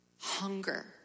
hunger